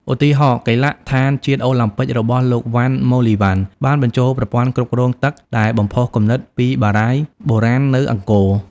ឧទាហរណ៍កីឡដ្ឋានជាតិអូឡាំពិករបស់លោក វណ្ណ ម៉ូលីវណ្ណ បានបញ្ចូលប្រព័ន្ធគ្រប់គ្រងទឹកដែលបំផុសគំនិតពីបារាយណ៍បុរាណនៅអង្គរ។